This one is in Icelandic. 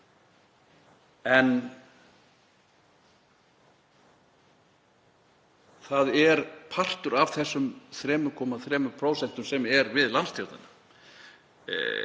En það er partur af þessum 3,3% sem er við landsstjórnina,